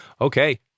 okay